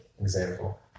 example